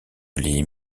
les